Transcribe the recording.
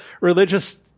religious